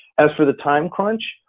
as for the time crunch,